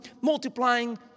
multiplying